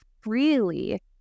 freely